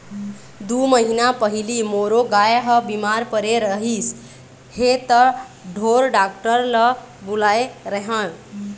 दू महीना पहिली मोरो गाय ह बिमार परे रहिस हे त ढोर डॉक्टर ल बुलाए रेहेंव